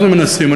אנחנו מנסים.